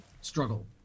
struggle